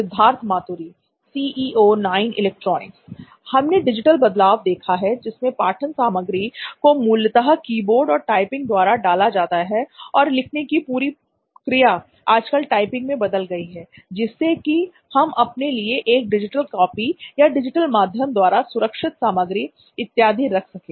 सिद्धार्थ मातुरी हमने डिजिटल बदलाव देखा है जिसमें पाठन सामग्री को मूलतः कीबोर्ड और टाइपिंग द्वारा डाला जाता है और लिखने की पूरी क्रिया आजकल टाइपिंग में बदल गई है जिससे कि हम अपने लिए एक डिजिटल कॉपी या डिजिटल माध्यम द्वारा सुरक्षित सामग्री इत्यादि रख सकें